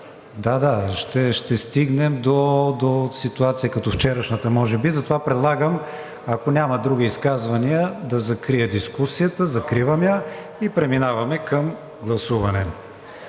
темата, ще стигнем до ситуация като вчерашната може би. Затова предлагам, ако няма други изказвания, да закрия дискусията. Закривам я и преминаваме към гласуване.